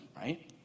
right